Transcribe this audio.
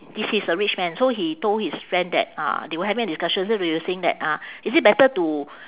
this is a rich man so he told his friend that uh they were having a discussion so they were saying that uh is it better to